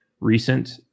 recent